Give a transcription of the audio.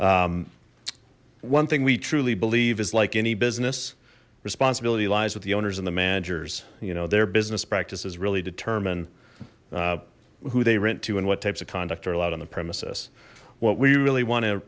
one thing we truly believe is like any business responsibility lies with the owners and the managers you know their business practices really determine who they rent to and what types of conduct are allowed on the premises what we really wan